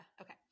Okay